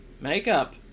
makeup